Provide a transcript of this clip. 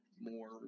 more